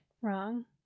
wrong